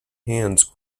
hands